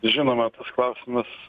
žinoma tas klausimas